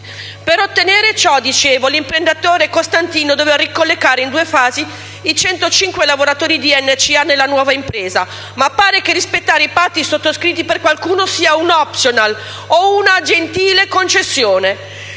Per ottenere ciò, l'imprenditore Giovanni Costantino doveva ricollocare in due fasi i 105 lavoratori di NCA nella nuova impresa, ma pare che rispettare i patti sottoscritti per qualcuno sia un *optional* o una "gentile concessione".